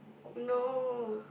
no